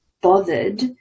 bothered